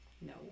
No